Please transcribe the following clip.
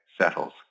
settles